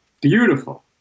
Beautiful